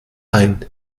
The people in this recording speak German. ein